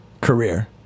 career